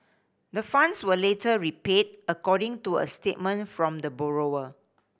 the funds were later repaid according to a statement from the borrower